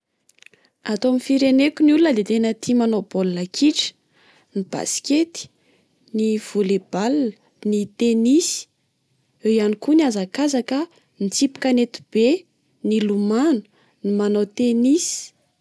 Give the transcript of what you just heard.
Ato amin'ny fireneko ny olona dia tena tia manao baolina kitra, ny basikety, ny volley ball, ny tennis, eo ihany koa ny hazakazaka, ny tsipy kanety be, ny lomano, ny manao tennis.